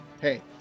Hey